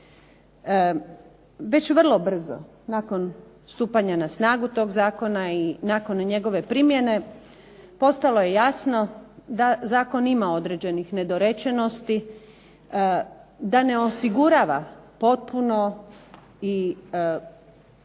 Već vrlo brzo nakon stupanja na snagu toga zakona i nakon njegove primjene, postalo je jasno da Zakon ima određenih nedorečenosti, da ne osigurava potpuno i potrebno